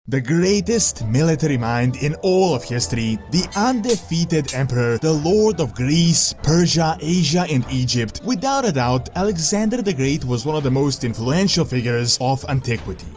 the greatest military mind in all of history, the undefeated emperor, the lord of greece, persia, asia and egypt without a doubt alexander the great was one of the most influential figures of antiquity.